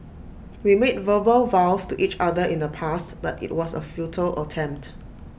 we made verbal vows to each other in the past but IT was A futile attempt